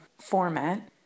format